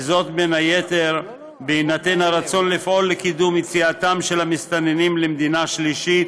בין היתר בהינתן הרצון לפעול לקידום יציאתם של המסתננים למדינה שלישית